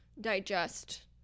digest